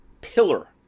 pillar